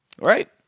Right